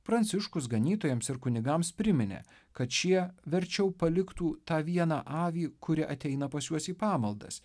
pranciškus ganytojams ir kunigams priminė kad šie verčiau paliktų tą vieną avį kuri ateina pas juos į pamaldas